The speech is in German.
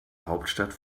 hauptstadt